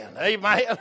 Amen